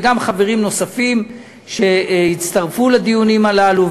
וגם חברים נוספים שהצטרפו לדיונים הללו,